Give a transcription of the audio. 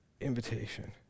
invitation